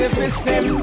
system